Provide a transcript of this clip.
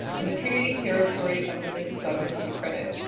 and the treaty territory of the mississaugas of the credit.